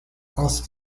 once